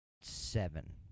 seven